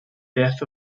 death